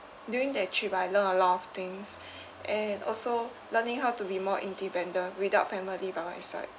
during that trip I learned a lot of things and also learning how to be more independent without family by my side